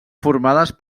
formades